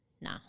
nah